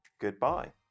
goodbye